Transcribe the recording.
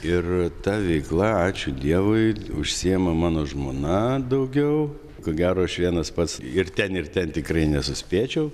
ir ta veikla ačiū dievui užsiima mano žmona daugiau ko gero aš vienas pats ir ten ir ten tikrai nesuspėčiau